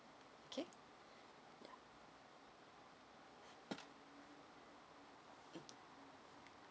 kay~ yeah